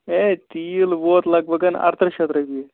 ہے تیٖل ووت لگ بَگَن اَرترٛہ شیٚتھ رۄپیہِ